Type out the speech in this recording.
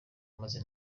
maze